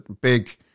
big